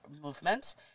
movement